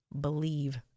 believe